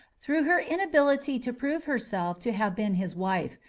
through her inability to prove herself to have been his wife,